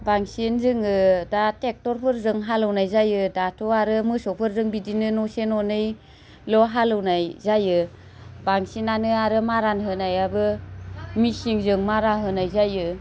बांसिन जोङो दा टेक्ट'रफोरजों हालिवनाय जायो दाथ' आरो मोसौफोरजों बिदिनो न'से न'नै ल' हालिवनाय जायो बांसिनानो आरो मारान होनायाबो मेसिंजों मारा होनाय जायो